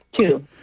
Two